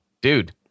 Dude